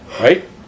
right